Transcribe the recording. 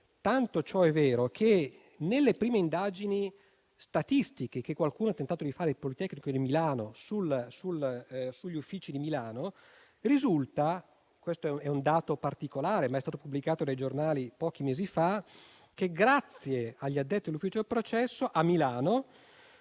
tanto vero che nelle prime indagini statistiche che qualcuno ha tentato di fare al Politecnico di Milano sugli uffici di Milano risulta - questo è un dato particolare, ma è stato pubblicato dai giornali pochi mesi fa - che grazie agli addetti all'ufficio del processo a Milano